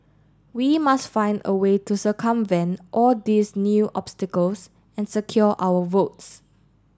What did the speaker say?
we must find a way to circumvent all these new obstacles and secure our votes